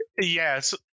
Yes